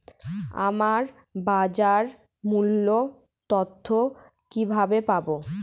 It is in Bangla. আমরা বাজার মূল্য তথ্য কিবাবে পাবো?